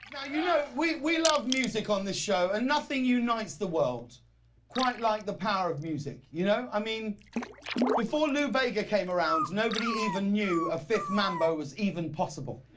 now you know we we love music on this show. and nothing unites the world quite like the power of music, you know? i mean before lou vega came around nobody even new a fifth mambo was even possible.